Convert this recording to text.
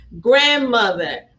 grandmother